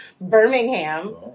Birmingham